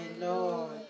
Lord